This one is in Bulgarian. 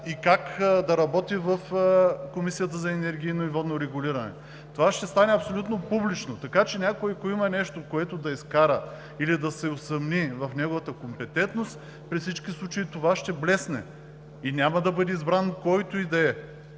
и как ще работи в Комисията за енергийно и водно регулиране. Това ще стане абсолютно публично. Така че, ако някой има нещо, което да изкара, или да се усъмни в неговата компетентност, при всички случай това ще блесне и няма да бъде избран който и да е.